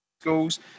schools